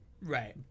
right